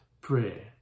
prayer